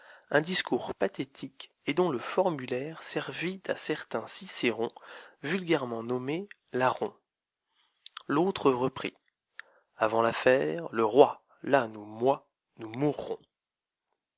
un discours pathétique et dont le formulaire servît à certains cicérons vulgairement nommés larrons l'autre reprit avant l'affaire le roi l'âne ou moi nous mourrons